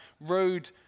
road